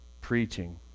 preaching